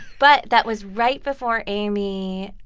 but that was right before amy